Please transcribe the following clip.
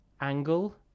angle